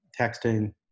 texting